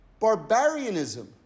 barbarianism